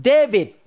David